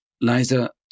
Liza